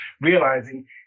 realizing